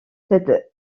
cet